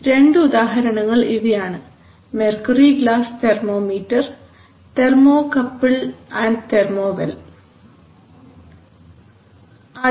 2 ഉദാഹരണങ്ങൾ ഇവയാണ് mercury glass thermometer thermocouple thermo well thermocouple thermo well